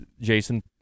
Jason